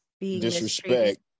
disrespect